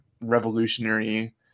revolutionary